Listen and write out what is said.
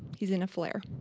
he's in a flare.